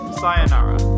sayonara